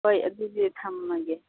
ꯍꯣꯏ ꯑꯗꯨꯗꯤ ꯊꯝꯃꯒꯦ